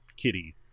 Kitty